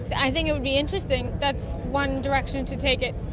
i think it would be interesting. that's one direction to take it.